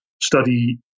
study